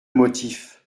motif